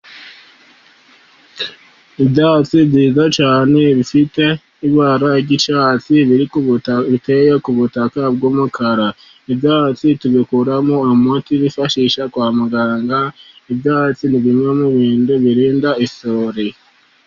Ibyatsi byiza cyane bifite ibara ry'icyatsi biteye ku butaka bw'umukara. Ibyatsi tubikuramo umuti bifashisha kwa muganga, ibyatsi ni bimwe mu bihingwa birinda isuri.